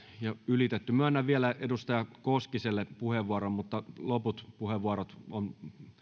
ylitetty myönnän vielä edustaja koskiselle puheenvuoron mutta loput puheenvuorot on